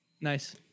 Nice